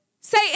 Say